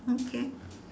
okay